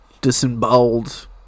disemboweled